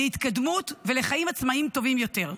להתקדמות ולחיים עצמאיים טובים יותר.